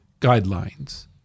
guidelines